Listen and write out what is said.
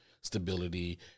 stability